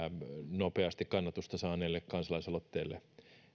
nopeasti kannatusta saaneelle kansalaisaloitteelle